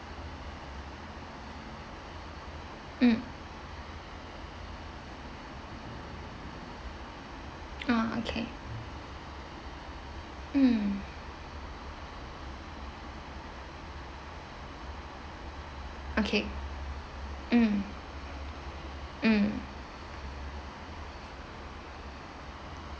mm orh okay mm okay mm mm